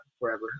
forever